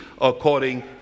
according